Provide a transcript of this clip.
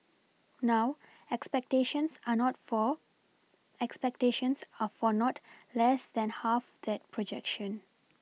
now expectations are not for expectations are for not less than half that projection